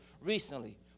recently